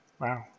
Wow